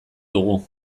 dugu